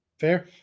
Fair